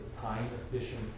time-efficient